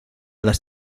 las